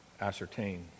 ascertain